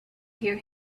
hear